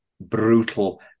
brutal